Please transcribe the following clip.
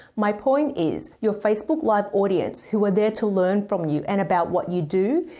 my point is your facebook live audience who are there to learn from you and about what you do,